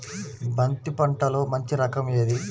బంతి పంటలో మంచి రకం ఏది?